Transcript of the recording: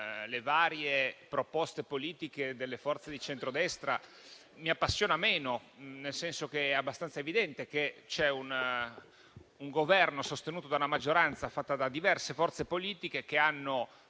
le varie proposte politiche delle forze di centrodestra mi appassiona meno, nel senso che è abbastanza evidente che c'è un Governo sostenuto da una maggioranza fatta da diverse forze politiche, che hanno